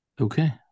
Okay